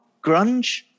grunge